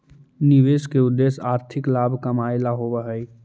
निवेश के उद्देश्य आर्थिक लाभ कमाएला होवऽ हई